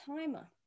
timer